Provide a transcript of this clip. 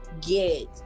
Get